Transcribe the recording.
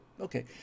okay